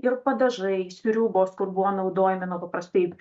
ir padažai sriubos kur buvo naudojami nu paprastai